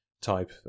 type